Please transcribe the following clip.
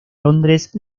londres